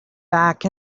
back